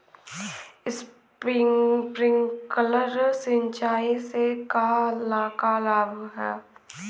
Sprinkler सिंचाई से का का लाभ ह?